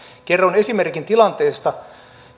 kerroin esimerkin tilanteesta